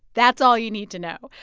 that's all you need to know.